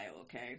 okay